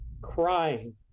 crying